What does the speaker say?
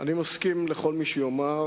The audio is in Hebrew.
אני מסכים עם כל מי שיאמר